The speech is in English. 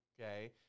okay